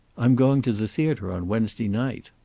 i'm going to the theater on wednesday night.